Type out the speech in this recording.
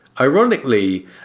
Ironically